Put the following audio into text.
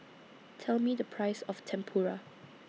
Tell Me The Price of Tempura